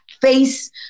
face